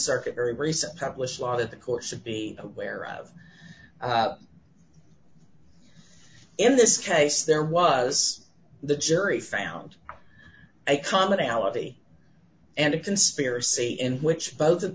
circuit very recent published law that the court should be aware of in this case there was the jury found a commonality and a conspiracy in which both of